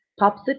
popsicle